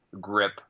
grip